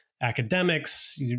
Academics